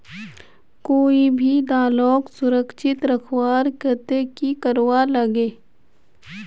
कोई भी दालोक सुरक्षित रखवार केते की करवार लगे?